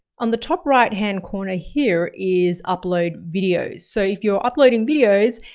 on the top right-hand corner here is upload videos. so if you're uploading videos,